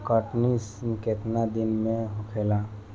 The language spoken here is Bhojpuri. कटनी केतना दिन में होखेला?